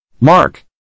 Mark